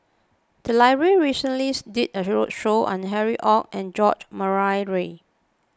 the library recently did a roadshow on Harry Ord and George Murray Reith